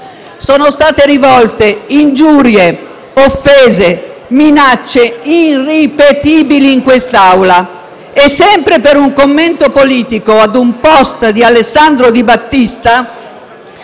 sono state rivolte ingiurie, offese, minacce irripetibili in quest'Aula. E sempre per un commento politico a un *post* di Alessandro Di Battista,